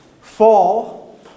fall